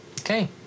Okay